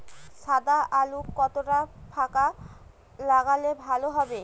সাদা আলু কতটা ফাকা লাগলে ভালো হবে?